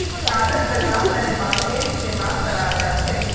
कागज बनव्वार तने बांसेर इस्तमाल कराल जा छेक